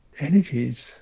energies